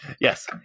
Yes